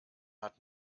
hat